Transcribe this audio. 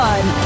One